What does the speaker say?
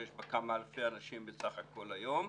שיש בה כמה אלפי אנשים בסך הכול היום?